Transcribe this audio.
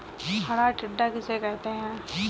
हरा टिड्डा किसे कहते हैं?